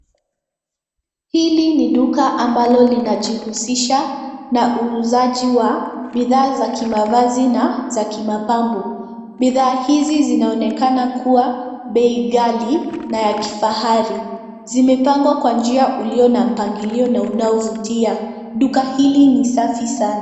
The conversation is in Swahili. Hili ni duka ambalo linajihusisha na uuzaji wa bidhaa za kimavazi na za kimapambo. Bidhaa hizi zinaonekana kuwa na bei ghali na ya kifahari. Zimepangwa kwa njia ulio na mpangilio na unaovutia. Duka hili ni safi sana.